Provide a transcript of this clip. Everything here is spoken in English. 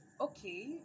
Okay